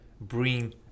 bring